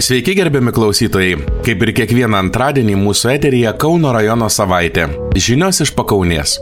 sveiki gerbiami klausytojai kaip ir kiekvieną antradienį mūsų eteryje kauno rajono savaitė žinios iš pakaunės